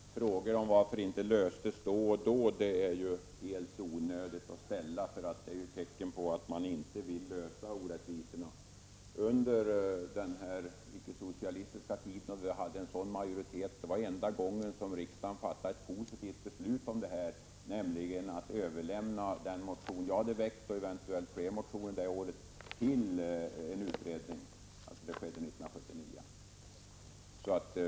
Herr talman! Frågor om varför det inte löstes då och då är det alldeles onödigt att ställa. Det är ju tecken på att man inte vill göra någonting åt orättvisorna. När vi hade en icke-socialistisk majoritet var det enda gången riksdagen fattade ett positivt beslut, nämligen att överlämna den motion jag hade väckt och eventuellt fler motioner det året till en utredning. Det skedde 1979.